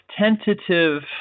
tentative